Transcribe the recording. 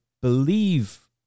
believe